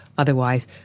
Otherwise